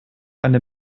eine